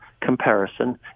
comparison